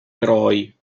eroi